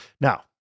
Now